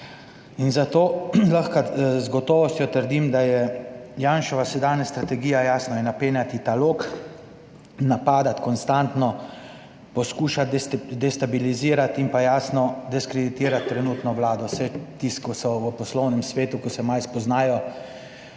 in zato lahko z gotovostjo trdim, da je Janševa sedanja strategija, jasno je napenjati ta lok, napadati konstantno, poskušati destabilizirati in pa jasno diskreditirati trenutno vlado, saj tisti, ki so v poslovnem svetu, ko se malo spoznajo,